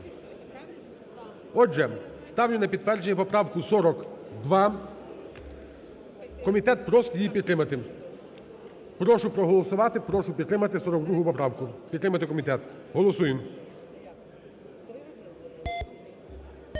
Отже, ставлю на підтвердження поправку 42. Комітет просить її підтримати. Прошу проголосувати, прошу підтримати 42 поправку, підтримати комітет, голосуємо.